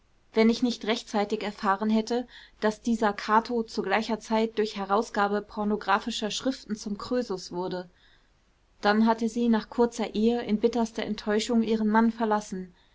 wenn ich nicht rechtzeitig erfahren hätte daß dieser cato zu gleicher zeit durch herausgabe pornographischer schriften zum krösus wurde dann hatte sie nach kurzer ehe in bitterster enttäuschung ihren mann verlassen